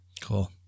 Cool